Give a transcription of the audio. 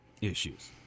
issues